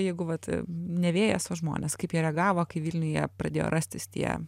jeigu vat ne vėjas o žmonės kaip jie reagavo kai vilniuje pradėjo rastis tie